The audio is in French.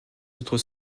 autres